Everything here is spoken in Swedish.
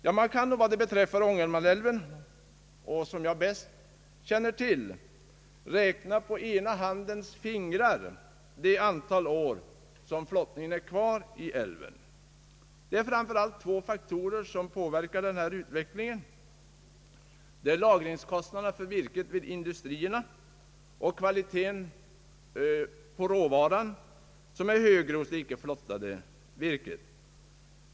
Ja, man kan nog vad beträffar Ångermanälven — som jag bäst känner till — räkna på ena handens fingrar det antal år som flottningen kommer att finnas kvar i älven. Det är framför allt två faktorer som påverkar denna utveckling, nämligen lagringskostnaderna för virket vid industrierna och kvaliteten på råvaran — som är högre hos det icke flottade virket.